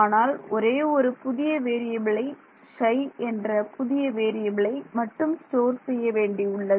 ஆனால் ஒரே ஒரு புதிய வேறியபிலை Ψ என்ற புதிய வேறியபிலை மட்டும் ஸ்டோர் செய்ய வேண்டி உள்ளது